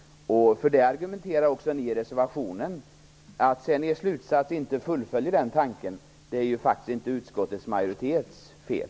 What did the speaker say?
Ni argumenterar också för det i reservationen. Att ni sedan i er slutsats inte fullföljer den tanken är inte utskottets majoritets fel.